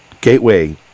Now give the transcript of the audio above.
Gateway